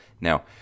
now